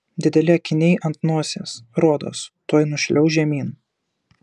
dideli akiniai ant nosies rodos tuoj nušliauš žemyn